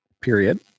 period